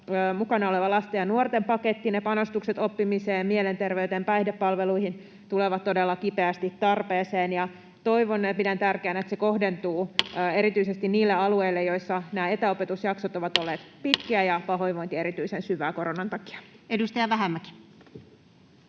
mukana oleva lasten ja nuorten paketti, ne panostukset oppimiseen, mielenterveyteen, päihdepalveluihin, tulevat todella kipeästi tarpeeseen. Toivon ja pidän tärkeänä, että se kohdentuu erityisesti niille alueille, joilla nämä etäopetusjaksot ovat olleet pitkiä ja pahoinvointi erityisen syvää koronan takia. Edustaja Vähämäki.